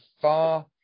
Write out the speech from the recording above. far